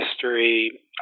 history